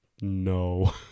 No